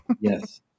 Yes